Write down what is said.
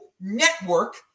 network